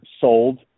sold